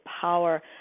power